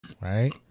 Right